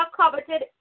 coveted